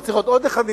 וצריך להיות עוד אחד,